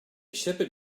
shepherd